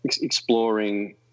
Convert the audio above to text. exploring